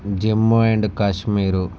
Jammu and Kashmir